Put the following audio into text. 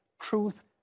truth